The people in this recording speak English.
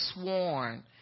sworn